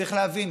צריך להבין,